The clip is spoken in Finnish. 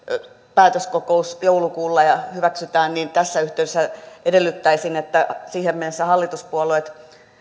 päätöskokous joulukuussa ja se hyväksytään joten tässä yhteydessä edellyttäisin että siihen mennessä hallituspuolueet